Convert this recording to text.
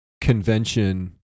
convention